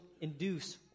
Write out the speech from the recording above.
induce